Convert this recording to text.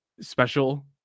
special